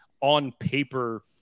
on-paper